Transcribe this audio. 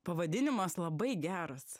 pavadinimas labai geras